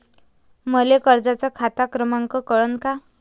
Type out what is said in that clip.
मले कर्जाचा खात क्रमांक कळन का?